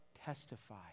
testify